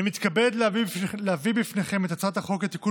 אני מתכבד להביא בפניכם את הצעת החוק לתיקון